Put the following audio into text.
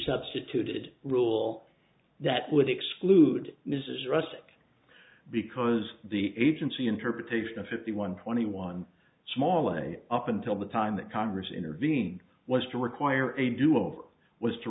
substituted rule that would exclude mrs rusk because the agency interpretation of fifty one twenty one small and up until the time that congress intervened was to require a do over was to